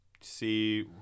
see –